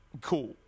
cool